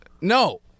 No